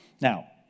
Now